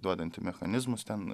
duodanti mechanizmus ten